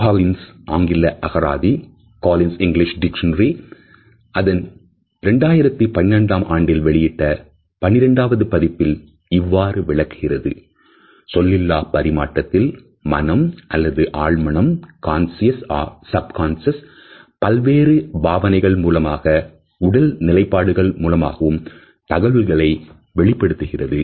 Collins ஆங்கில அகராதி அதன் 2012 ஆண்டில் வெளியிட்ட பன்னிரண்டாவது பதிப்பில் இவ்வாறு விளக்குகிறது " சொல்லிலா பரிமாற்றத்தில் மனம் அல்லது ஆழ்மனம் பல்வேறு பாவனைகள் மூலமாகவும் உடல் நிலைப்பாடுகள் மூலமாகவும் தகவல்களை வெளிப்படுத்துகிறது